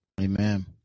Amen